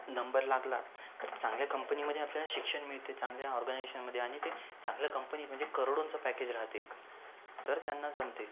number लागला तर चांगल्या कंपनीमध्ये आपल्याला शिक्षण मिळते चांगल्या ऑर्गनायजेशनमध्ये आणि ते चांगल्या कंपनी म्हणजे करोडोंचं पॅकेज राहते तर त्यांना जमते